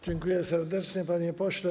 Dziękuję serdecznie, panie pośle.